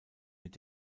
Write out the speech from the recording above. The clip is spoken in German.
mit